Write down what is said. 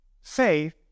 Faith